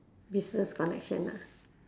business connection lah